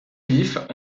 vifs